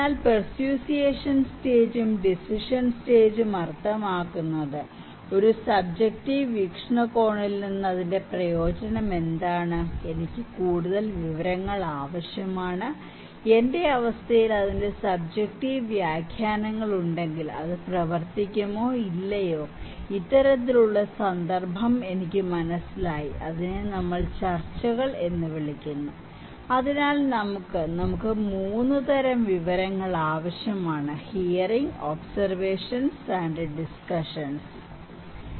അതിനാൽ പെർസ്യൂയേഷൻ സ്റ്റേജും ഡിസിഷൻ സ്റ്റേജും അർത്ഥമാക്കുന്നത് ഒരു സബ്ജെക്റ്റീവ് വീക്ഷണകോണിൽ നിന്ന് അതിന്റെ പ്രയോജനം എന്താണ് എനിക്ക് കൂടുതൽ വിവരങ്ങൾ ആവശ്യമാണ് എന്റെ അവസ്ഥയിൽ അതിന്റെ സബ്ജെക്റ്റീവ് വ്യാഖ്യാനങ്ങൾ ഉണ്ടെങ്കിൽ അത് പ്രവർത്തിക്കുമോ ഇല്ലയോ ഇത്തരത്തിലുള്ള സന്ദർഭം എനിക്ക് മനസ്സിലായി അതിനെ നമ്മൾ ചർച്ചകൾ എന്ന് വിളിക്കുന്നു അതിനാൽ നമുക്ക് നമുക്ക് 3 തരം വിവരങ്ങൾ ആവശ്യമാണ് ഹിയറിങ് ഒബ്സെർവഷൻസ് ഡിസ്കഷന്സ് ഓക്കേ